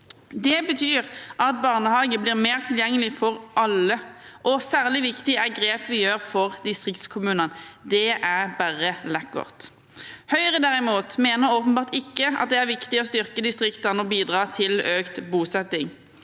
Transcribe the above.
Det betyr at barnehage blir mer tilgjengelig for alle, og særlig viktig er grepet vi gjør for distriktskommunene. «Det e bærre lækkert.» Høyre, derimot, mener åpenbart ikke at det er viktig å styrke distriktene og bidra til økt bosetting.